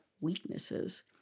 weaknesses